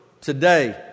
today